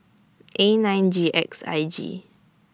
A nine G X I J